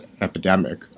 epidemic